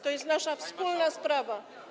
To jest nasza wspólna sprawa.